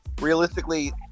realistically